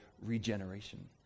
regeneration